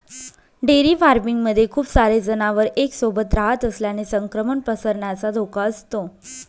dairy farming मध्ये खूप सारे जनावर एक सोबत रहात असल्याने संक्रमण पसरण्याचा धोका असतो